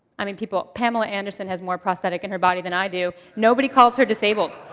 i mean, people pamela anderson has more prosthetic in her body than i do. nobody calls her disabled.